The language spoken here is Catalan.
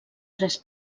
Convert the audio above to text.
tres